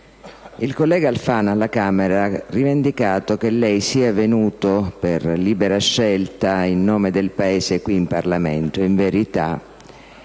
Il collega Alfano alla Camera ha rivendicato che lei sia venuto per libera scelta e in nome del Paese qui in Parlamento.